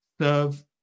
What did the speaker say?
serve